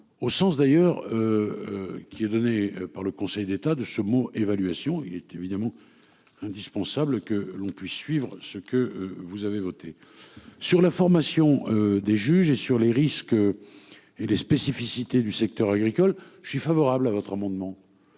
au sens d'ailleurs. Qui est donné par le Conseil d'État de ce mot évaluation il est évidemment indispensable que l'on puisse suivre ce que vous avez voté sur la formation des juges et sur les risques. Et les spécificités du secteur agricole, je suis favorable à votre amendement.